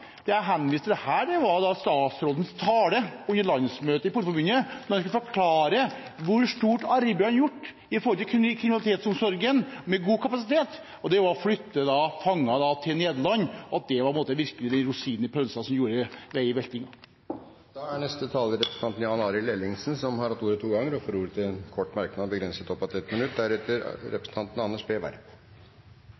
Det jeg henviste til, var statsrådens tale under landsmøtet i Politiforbundet, da han skulle forklare hvor stort arbeid han hadde gjort med kriminalitetsomsorgen, med god kapasitet, og at det å flytte fanger til Nederland virkelig var rosinen i pølsa som gjorde vei i vellinga. Representanten Jan Arild Ellingsen har hatt ordet to ganger tidligere og får ordet til en kort merknad, begrenset til 1 minutt.